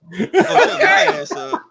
okay